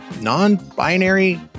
non-binary